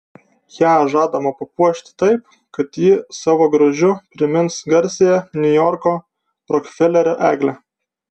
ją žadama papuošti taip kad ji savo grožiu primins garsiąją niujorko rokfelerio eglę